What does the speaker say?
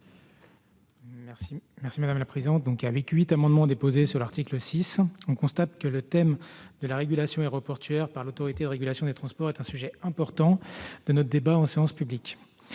l'avis de la commission ? Avec huit amendements déposés sur l'article 6, le thème de la régulation aéroportuaire par l'Autorité de régulation des transports est un sujet important de notre débat en séance publique.